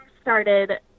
started